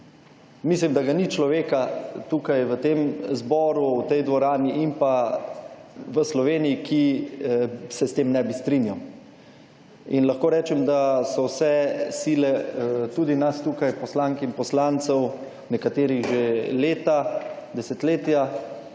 Mislim, da ga ni človeka tukaj v tem zboru, v tej dvorani in pa v Sloveniji, ki se s tem ne bi strinjal. In lahko rečem, da so se sile tudi nas tukaj poslank in poslancev, nekaterih že leta, desetletja